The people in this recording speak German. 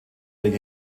der